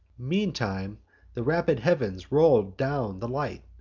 meantime the rapid heav'ns roll'd down the light,